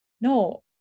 no